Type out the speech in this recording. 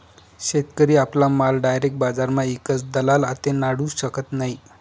शेतकरी आपला माल डायरेक बजारमा ईकस दलाल आते नाडू शकत नै